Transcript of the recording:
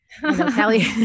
Kelly